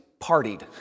partied